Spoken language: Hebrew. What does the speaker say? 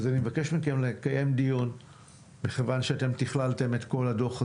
אז אני מבקש מכם לקיים דיון מכיוון שאתם תכללתם את כל הדוח הזה,